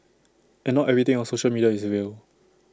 and not everything on social media is real